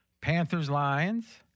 Panthers-Lions